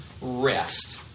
rest